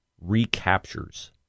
recaptures